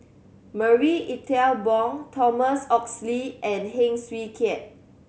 Marie Ethel Bong Thomas Oxley and Heng Swee Keat